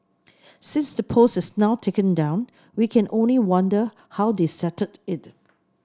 since the post is now taken down we can only wonder how they settled it